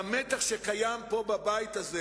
והמתח שקיים בבית הזה,